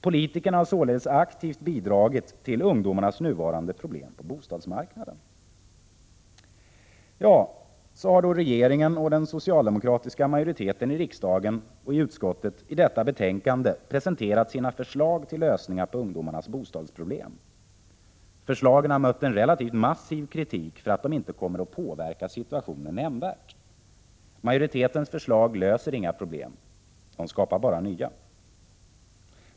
Politikerna har således aktivt bidragit till ungdomarnas nuvarande problem på bostadsmarknaden. Ja, så har då regeringen och den socialdemokratiska majoriteten i riksdagen och i utskottet i detta betänkande presenterat sina förslag till lösningar på ungdomarnas bostadsproblem. Förslagen har mött en relativt massiv kritik för att de inte kommer att påverka situationen nämnvärt. Majoritetens förslag löser inga problem — de skapar bara nya.